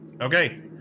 Okay